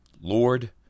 Lord